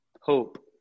hope